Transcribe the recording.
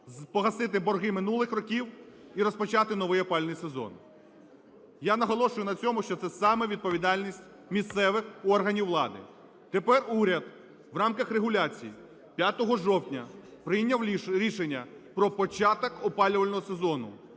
погасити борги минулих років і розпочати новий опалювальний сезон. Я наголошую на цьому, що це саме відповідальність місцевих органів влади. Тепер, уряд в рамках регуляції 5 жовтня прийняв рішення про початок опалювального сезону,